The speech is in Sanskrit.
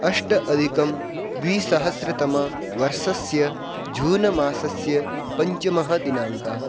अष्ट अधिकं द्विसहस्रतमवर्षस्य जून् मासस्य पञ्चमः दिनाङ्कः